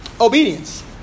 obedience